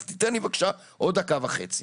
אז תיתן לי בבקשה עוד דקה וחצי.